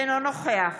אינו נוכח